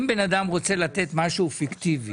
אם בן אדם רוצה לתת משהו פיקטיבי,